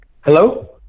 Hello